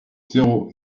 zéro